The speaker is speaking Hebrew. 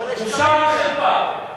בושה וחרפה.